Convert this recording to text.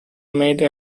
made